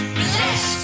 bless